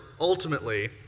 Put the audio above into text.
ultimately